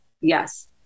yes